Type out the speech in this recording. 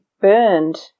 burned